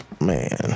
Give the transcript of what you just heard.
man